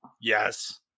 Yes